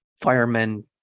firemen